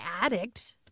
addict